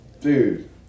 dude